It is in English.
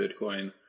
Bitcoin